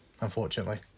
unfortunately